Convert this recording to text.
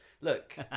Look